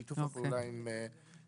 היה שיתוף פעולה עם פרידה.